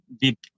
deep